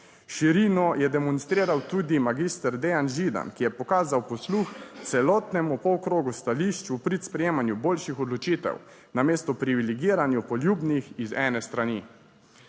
Širino je demonstriral tudi magister Dejan Židan, ki je pokazal posluh celotnemu polkrogu stališč v prid sprejemanju boljših odločitev namesto privilegiranju poljubnih iz ene strani.